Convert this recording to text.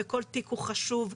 וכל תיק הוא חשוב,